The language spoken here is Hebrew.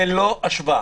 זה לא בר השוואה.